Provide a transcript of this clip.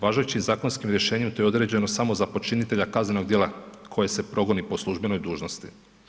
Važećim zakonskim rješenjem to je određeno samo za počinitelja kaznenog djela koji se progoni po službenoj dužnosti.